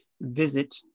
visit